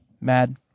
mad